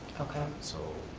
okay. so,